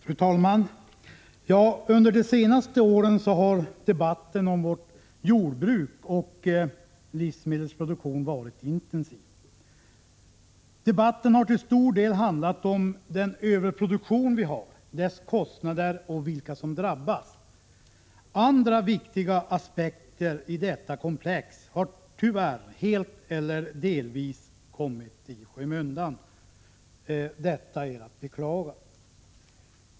Fru talman! Under de senaste åren har debatten om vårt jordbruk och vår livsmedelsproduktion varit intensiv. Till stor del har debatten handlat om överproduktionen, dess kostnader och de personer som drabbas. Andra viktiga aspekter i detta komplex har beklagligtvis helt eller delvis kommit i skymundan.